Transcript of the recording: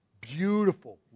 beautiful